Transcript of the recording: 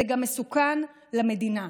זה גם מסוכן למדינה,